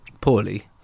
poorly